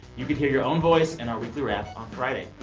you could hear your own voice in our weekly wrap on friday.